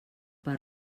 per